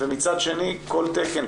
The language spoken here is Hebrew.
ומצד שני כל תקן,